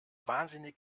wahnsinnig